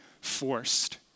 forced